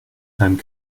time